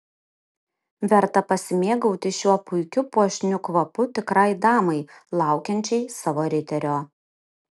verta pasimėgauti šiuo puikiu puošniu kvapu tikrai damai laukiančiai savo riterio